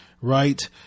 right